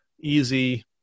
easy